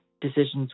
decisions